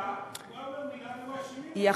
מילה היו מאשימים אותו שהוא, נו, באמת.